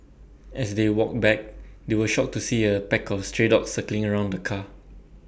as they walked back they were shocked to see A pack of stray dogs circling around the car